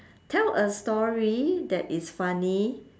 tell a story that is funny